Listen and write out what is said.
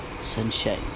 sunshine